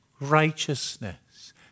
righteousness